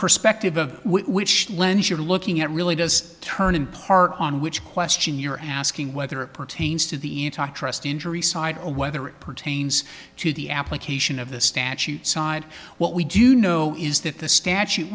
perspective of which lens you're looking at really does turn in part on which question you're asking whether it pertains to the e talk trust injury side or whether it pertains to the application of the statute side what we do know is that the statu